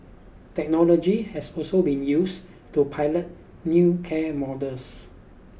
technology has also been used to pilot new care models